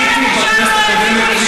הייתי בכנסת הקודמת,